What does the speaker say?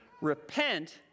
repent